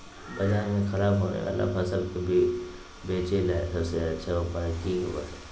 बाजार में खराब होबे वाला फसल के बेचे ला सबसे अच्छा उपाय की होबो हइ?